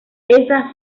esa